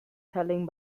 telling